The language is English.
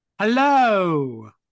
Hello